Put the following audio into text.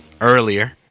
earlier